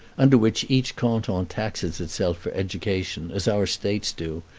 under which each canton taxes itself for education, as our states do,